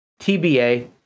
TBA